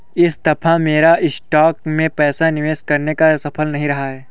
इस दफा मेरा स्टॉक्स में पैसा निवेश करना सफल नहीं रहा